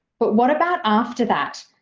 but what about after that?